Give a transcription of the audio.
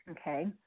okay